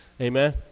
Amen